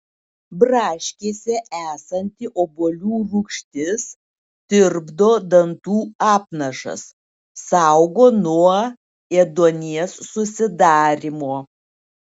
braškėse esanti obuolių rūgštis tirpdo dantų apnašas saugo nuo ėduonies susidarymo